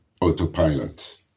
autopilot